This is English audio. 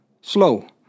slow